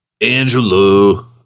Angelo